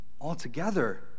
altogether